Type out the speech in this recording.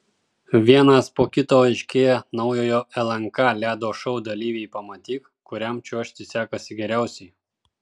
vienas po kito aiškėja naujojo lnk ledo šou dalyviai pamatyk kuriam čiuožti sekasi geriausiai